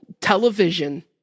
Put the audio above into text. television